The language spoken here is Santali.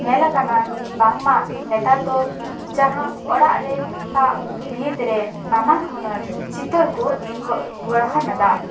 ᱧᱮᱞᱟᱠᱟᱱᱟ ᱵᱟᱝᱢᱟ ᱱᱮᱛᱟᱨ ᱫᱚ ᱡᱟᱦᱟᱸ ᱚᱲᱟᱜ ᱨᱮ ᱦᱟᱸᱜ ᱵᱷᱤᱛᱨᱮ ᱱᱟᱱᱟ ᱦᱩᱱᱟᱹᱨ ᱪᱤᱛᱟᱹᱨ ᱠᱚ ᱜᱚ ᱜᱚᱲᱦᱚᱱ ᱮᱫᱟ